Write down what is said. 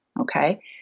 okay